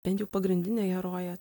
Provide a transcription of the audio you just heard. bent jau pagrindinė herojė